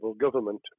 government